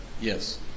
yes